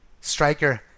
striker